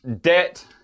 debt